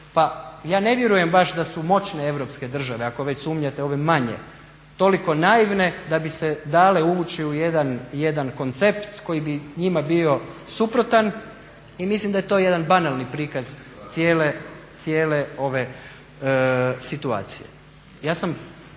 ja ne vjerujem baš da su moćne europske države, ako već sumnjate ove manje toliko naivne da bi se dale uvući u jedan koncept koji bi njima bio suprotan i mislim da je to jedan banalni prikaz cijele ove situacije.